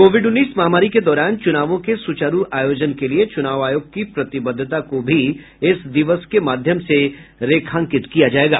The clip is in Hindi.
कोविड उन्नीस महामारी के दौरान चूनावों के सुचारू आयोजन के लिए चूनाव आयोग की प्रतिबद्धता को भी इस दिवस के माध्यम से रेखांकित किया जाएगा